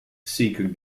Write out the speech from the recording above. seeker